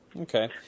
Okay